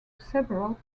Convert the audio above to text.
several